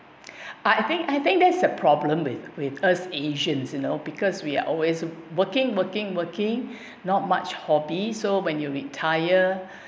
I think I think there's a problem with with us asians you know because we are always working working working not much hobby so when you retire